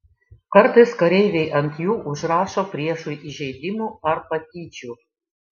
kartais kareiviai ant jų užrašo priešui įžeidimų ar patyčių